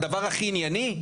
הדבר הכי ענייני?